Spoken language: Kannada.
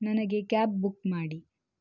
ನನಗೆ ಕ್ಯಾಬ್ ಬುಕ್ ಮಾಡಿ